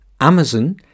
Amazon